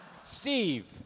Steve